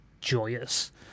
joyous